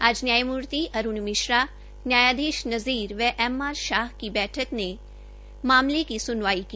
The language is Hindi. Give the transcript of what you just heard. आज न्यायमूर्ति अरूण मिश्रा न्यायधीश नज़ीर व एम आर शाह की पीठ ने मामले की सुनवाई की